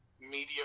media